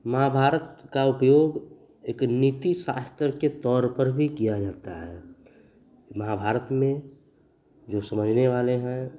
महाभारत का उपयोग एक नीतिशास्त्र के तौर पर भी किया जाता है महाभारत में जो समझने वाले हैं